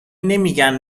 نمیگن